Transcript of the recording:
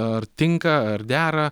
ar tinka ar dera